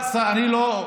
אני לא.